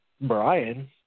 Brian